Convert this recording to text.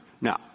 Now